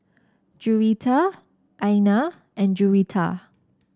Juwita Aina and Juwita